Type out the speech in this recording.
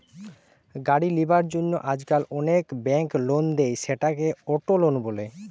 গাড়ি লিবার জন্য আজকাল অনেক বেঙ্ক লোন দেয়, সেটাকে অটো লোন বলে